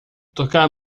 tocar